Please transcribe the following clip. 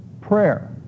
Prayer